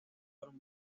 factor